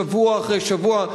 שבוע אחר שבוע.